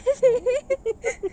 seh